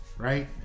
Right